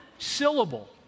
syllable